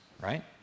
right